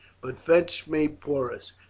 but fetch me porus.